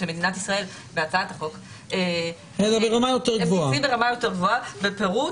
של מדינת ישראל אלא הם ברמה יותר גבוהה ובפירוט.